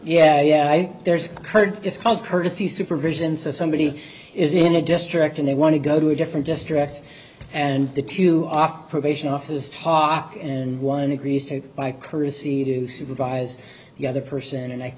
a herd it's called courtesy supervision so somebody is in a district and they want to go to a different district and the two off probation office talk and one agrees to buy courtesy to supervise the other person and i